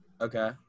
Okay